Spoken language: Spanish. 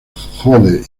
jode